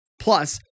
Plus